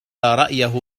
رأيه